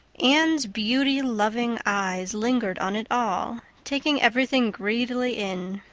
anne's beauty-loving eyes lingered on it all, taking everything greedily in.